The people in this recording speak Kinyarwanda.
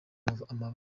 amaramuko